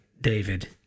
David